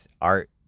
art